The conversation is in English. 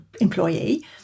employee